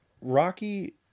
Rocky